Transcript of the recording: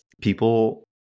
people